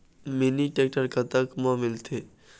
Mini tractor कतक म मिलथे?